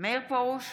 מאיר פרוש,